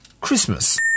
Christmas